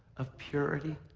of purity,